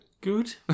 Good